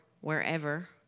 wherever